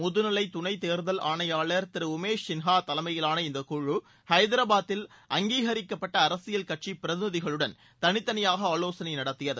முதுநிலை துணை தேர்தல் ஆணையாளர் திரு உமேஷ் சின்ஹா தலைமையிலான இந்த குழு ஹைதராபாத்தில் அங்கீகரிக்கப்பட்ட அரசியல் கட்சி பிரதிநிதிகளுடன் தனித்தனியாக ஆவோசனை நடத்தினார்கள்